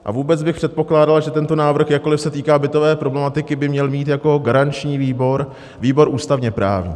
A vůbec bych předpokládal, že tento návrh, jakkoli se týká bytové problematiky, by měl mít jako garanční výbor výbor ústavněprávní.